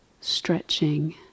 stretching